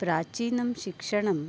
प्राचीनं शिक्षणं